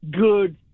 good